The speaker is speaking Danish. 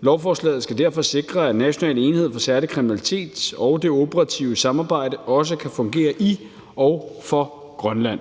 Lovforslaget skal derfor sikre, at National enhed for Særlig Kriminalitet og det operative samarbejde også kan fungere i og for Grønland.